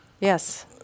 yes